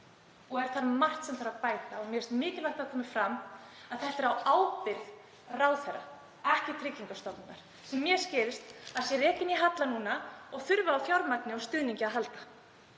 og er þar margt sem þarf að bæta. Mér finnst mikilvægt að fram komi að það er á ábyrgð ráðherra, ekki Tryggingastofnunar, sem mér skilst að sé rekin með halla núna og þurfi á fjármagni og stuðningi að halda.